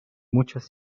muchos